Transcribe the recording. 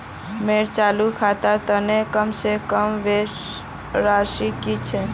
मोर चालू खातार तने कम से कम शेष राशि कि छे?